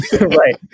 right